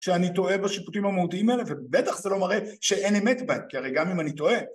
שאני טועה בשיפוטים המהותיים האלה, ובטח זה לא מראה שאין אמת בה, כי הרי גם אם אני טועה...